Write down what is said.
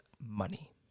money